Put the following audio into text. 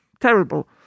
Terrible